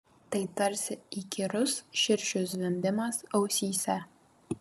tai tarsi įkyrus širšių zvimbimas ausyse